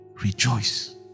rejoice